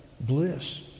bliss